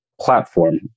platform